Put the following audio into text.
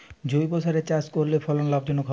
জৈবসারে চাষ করলে ফলন লাভজনক হবে?